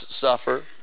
suffer